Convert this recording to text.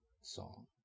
Song